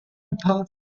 apostle